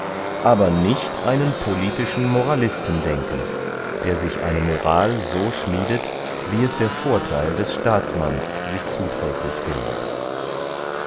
aber nicht einen politischen moralisten denken der sich eine moral so schmiedet wie es der vortheil des staatsmanns sich zuträglich findet